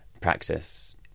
practice